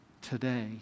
today